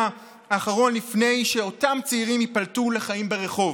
האחרון לפני שאותם צעירים ייפלטו לחיים ברחוב.